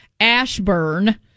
Ashburn